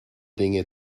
dinge